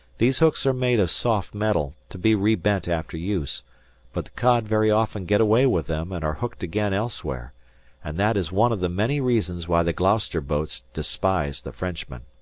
these hooks are made of soft metal, to be rebent after use but the cod very often get away with them and are hooked again elsewhere and that is one of the many reasons why the gloucester boats despise the frenchmen.